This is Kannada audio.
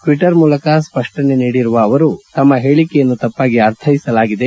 ಟ್ಟಿಟ್ಟರ್ ಮೂಲಕ ಸ್ವಷ್ಟನೆ ನೀಡಿರುವ ಅವರು ತಮ್ಮ ಹೇಳಿಕೆಯನ್ನು ತಪ್ಪಾಗಿ ಅರ್ಥೈಸಲಾಗಿದೆ